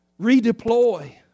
Redeploy